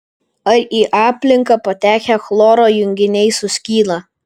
ar į aplinką patekę chloro junginiai suskyla